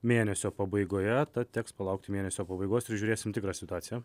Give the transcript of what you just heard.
mėnesio pabaigoje tad teks palaukti mėnesio pabaigos ir žiūrėsim tikrą situaciją